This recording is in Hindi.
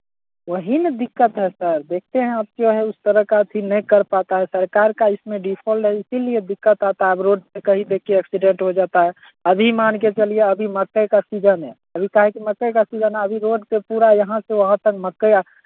वही ना दिक्कत है सर देखते हैं अब जो है उस तरह का अथि नहीं कर पाता है सरकार का इसमें डिफॉल्ट है इसिलिए दिक्कत आता है अब रोड पे का ही देखिए एक्सीडेंट हो जाता है अब ये मान के चलिए अभी मक्कई का सीजन है अभी काहे कि मकई का सीजन है अभी रोड के पूरा यहाँ से वहाँ तक मकई और